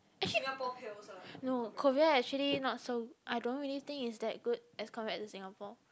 actually no Korea actually not so I don't really think it's that good as compared to Singapore